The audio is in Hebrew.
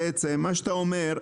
מה שאתה אומר,